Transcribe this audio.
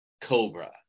Cobra